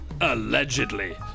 Allegedly